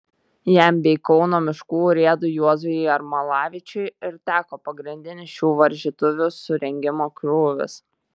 jam bei kauno miškų urėdui juozui jermalavičiui ir teko pagrindinis šių varžytuvių surengimo krūvis